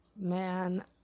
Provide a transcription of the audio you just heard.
Man